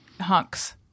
Hunks